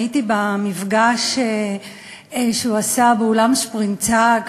הייתי במפגש שהוא עשה באולם שפרינצק,